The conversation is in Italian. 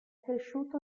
cresciuto